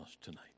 tonight